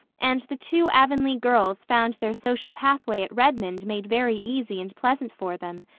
and the two avonlea girls found their social pathway at redmond made very easy and pleasant for them,